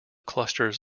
clusters